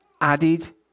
Added